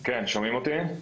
כן שומעים אותי?